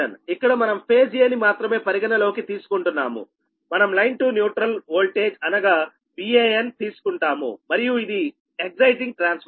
ఇక్కడ మనం phase 'a' ని మాత్రమే పరిగణనలోకి తీసుకుంటున్నాముమనం లైన్ టు న్యూట్రల్ ఓల్టేజ్ అనగా Van తీసుకుంటాము మరియు ఇది ఎక్సయిటింగ్ట్రాన్స్ఫార్మర్